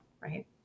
Right